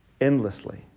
endlessly